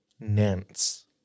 nance